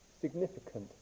significant